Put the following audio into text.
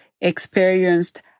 experienced